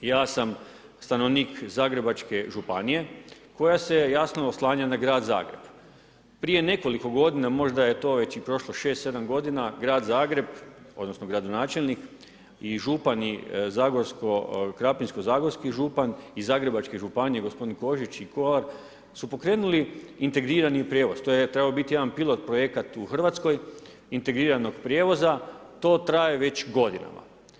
Ja sam stanovnik Zagrebačke županije koja se jasno oslanja na grad Zagreb, prije nekoliko godina možda je to već i prošlo 6,7 godina grad Zagreb odnosno gradonačelnik i župan Krapinsko-zagorski župan iz Zagrebačke županije gospodin Kožić i Kolar su pokrenuli integrirani prijevoz to je trebao biti jedan pilot projekat u Hrvatskoj integriranog prijevoza, to traje već godinama.